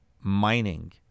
Mining